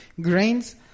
grains